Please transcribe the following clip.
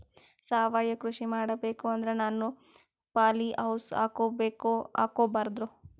ಸಾವಯವ ಕೃಷಿ ಮಾಡಬೇಕು ಅಂದ್ರ ನಾನು ಪಾಲಿಹೌಸ್ ಹಾಕೋಬೇಕೊ ಹಾಕ್ಕೋಬಾರ್ದು?